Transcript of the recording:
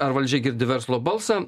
ar valdžia girdi verslo balsą